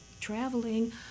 traveling